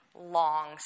long